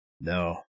No